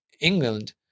england